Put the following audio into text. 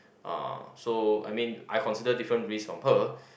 uh so I mean I consider different risk on pearl